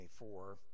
24